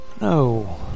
no